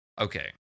Okay